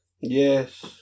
Yes